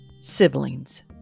Siblings